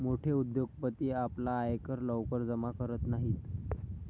मोठे उद्योगपती आपला आयकर लवकर जमा करत नाहीत